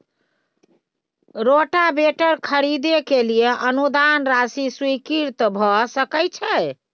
Rotavator खरीदे के लिए अनुदान राशि स्वीकृत भ सकय छैय?